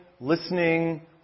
listening